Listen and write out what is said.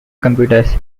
computers